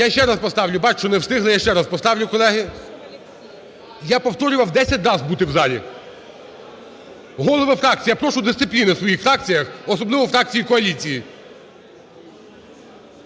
Я ще раз поставлю. Бачу, що не встигли, я ще раз поставлю, колеги. Я повторював десять раз бути в залі. Голови фракцій, я прошу дисципліни в своїх фракціях, особливо фракції коаліції.